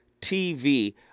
TV